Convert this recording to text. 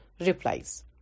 Replies